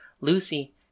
Lucy